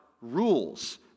rules